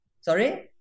Sorry